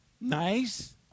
nice